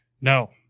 no